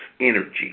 energy